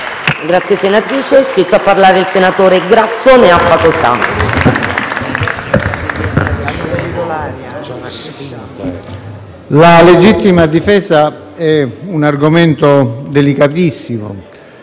la legittima difesa è un argomento delicatissimo,